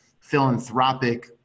philanthropic